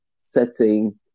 setting